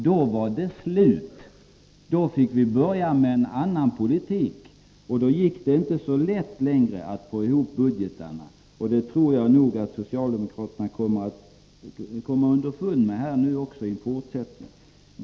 Då var det slut, och vi fick påbörja en annan politik. Då gick det inte längre så lätt att få ihop budgetarna, och det tror jag nog att socialdemokraterna kommer underfund med framöver.